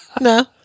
No